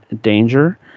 danger